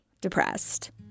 depressed